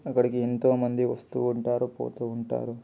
అక్కడికి ఎంతోమంది వస్తూ ఉంటారు పోతూ ఉంటారు